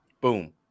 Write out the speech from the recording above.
boom